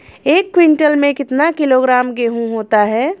एक क्विंटल में कितना किलोग्राम गेहूँ होता है?